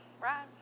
right